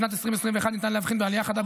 החל משנת 2021 ניתן להבחין בעלייה חדה